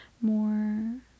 more